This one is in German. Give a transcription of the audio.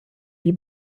wie